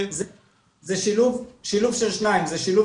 שזה לא